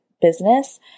business